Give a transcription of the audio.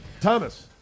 Thomas